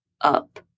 up